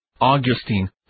Augustine